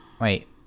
Wait